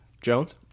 Jones